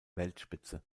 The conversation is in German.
weltspitze